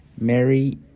Mary